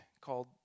called